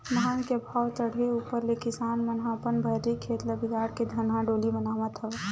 धान के भाव चड़हे ऊपर ले किसान मन ह अपन भर्री खेत ल बिगाड़ के धनहा डोली बनावत हवय